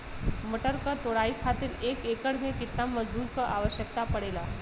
मटर क तोड़ाई खातीर एक एकड़ में कितना मजदूर क आवश्यकता पड़ेला?